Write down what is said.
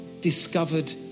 discovered